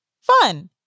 fun